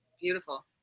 beautiful